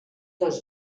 dos